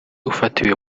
ufatiwe